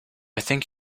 think